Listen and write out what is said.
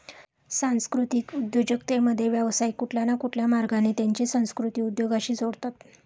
सांस्कृतिक उद्योजकतेमध्ये, व्यावसायिक कुठल्या न कुठल्या मार्गाने त्यांची संस्कृती उद्योगाशी जोडतात